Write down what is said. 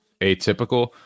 atypical